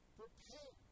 prepare